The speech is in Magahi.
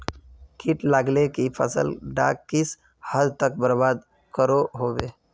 किट लगाले से फसल डाक किस हद तक बर्बाद करो होबे?